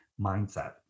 mindset